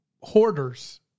Hoarders